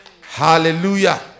Hallelujah